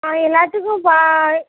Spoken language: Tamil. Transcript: ஆ எல்லாத்துக்கும் பா